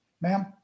Ma'am